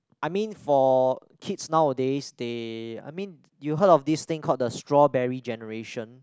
I mean for kids nowadays they I mean you heard of this thing called the strawberry generation